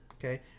Okay